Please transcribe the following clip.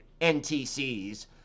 NTCs